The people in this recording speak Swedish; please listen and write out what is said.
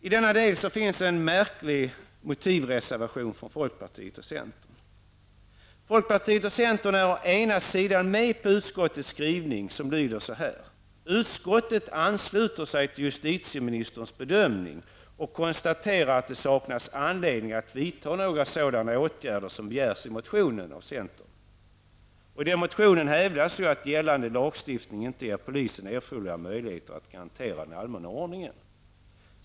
I denna del finns en märklig motivreservation från folkpartiet och centern. Folkpartiet och centern är med på utskottets skrivning med följande lydelse beträffande centerns motion: ''Utskottet ansluter sig till justitieministerns bedömning och konstaterar att det saknas anledning att vidta några sådana åtgärder som begärs i motionen.'' I motionen hävdas att gällande lagstiftning inte ger polisen erforderliga möjligheter att hantera den allmänna ordningen.